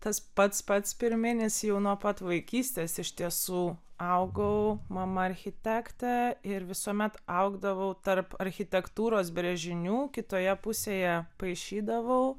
tas pats pats pirminis jau nuo pat vaikystės iš tiesų augau mama architektė ir visuomet augdavau tarp architektūros brėžinių kitoje pusėje paišydavau